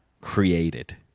created